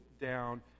down